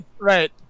Right